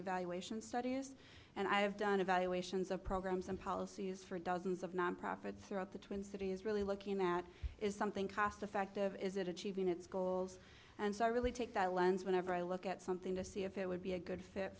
evaluation studies and i have done evaluations of programs and policies for dozens of nonprofit throughout the twin cities really looking at is something cost effective is it achieving its goals and so i really take that lens whenever i look at something to see if it would be a good fit